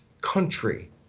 country